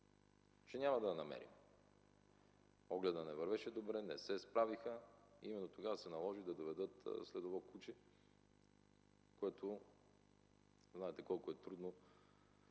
че няма да я намерим. Огледът не вървеше добре, не се справиха. Именно тогава се наложи да доведат следово куче – знаете колко е трудно